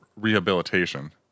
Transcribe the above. rehabilitation